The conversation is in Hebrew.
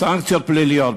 סנקציות פליליות.